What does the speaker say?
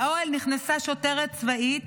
לאוהל נכנסה שוטרת צבאית,